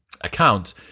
account